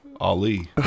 Ali